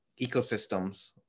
ecosystems